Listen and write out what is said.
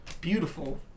beautiful